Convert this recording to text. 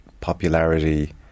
popularity